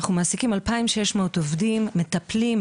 אנחנו מעסיקים 2,600 עובדים מטפלים,